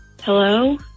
Hello